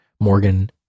Morgan